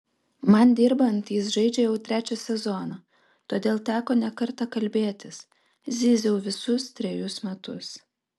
man dirbant jis žaidžia jau trečią sezoną todėl teko ne kartą kalbėtis zyziau visus trejus metus